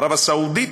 ערב הסעודית,